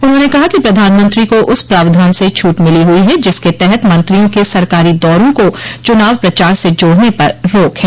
उन्होंने कहा कि प्रधानमंत्री को उस प्रावधान से छूट मिली हुई है जिसके तहत मंत्रियों के सरकारी दौरों को चुनाव प्रचार से जोड़ने पर रोक है